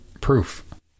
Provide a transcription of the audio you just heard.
proof